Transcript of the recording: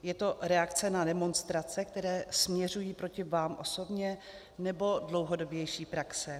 Je to reakce na demonstrace, které směřují proti vám osobně, nebo dlouhodobější praxe?